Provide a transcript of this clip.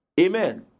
Amen